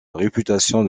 réputation